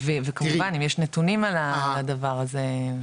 וכמובן אם יש נתונים על הדבר הזה?